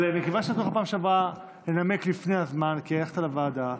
מכיוון שנתנו לך בפעם שעברה לנמק לפני הזמן כי הלכת לוועדה,